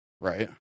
Right